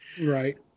right